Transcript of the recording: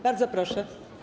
Bardzo proszę.